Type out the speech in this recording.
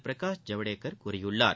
பிரகாஷ் ஜவ்டேகர் கூறியுள்ளார்